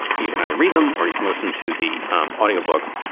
you can either read them or you can listen to the um audio books.